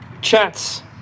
chats